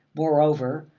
moreover,